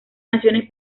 naciones